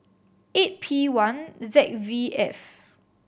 eight P one Z V F